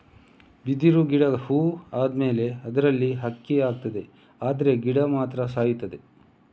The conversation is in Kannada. ಬಿದಿರು ಗಿಡ ಹೂ ಆದ್ಮೇಲೆ ಅದ್ರಲ್ಲಿ ಅಕ್ಕಿ ಆಗ್ತದೆ ಆದ್ರೆ ಗಿಡ ಮಾತ್ರ ಸಾಯ್ತದೆ